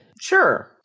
Sure